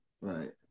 Right